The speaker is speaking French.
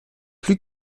plus